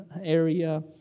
area